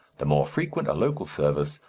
the more frequent a local service,